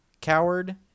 coward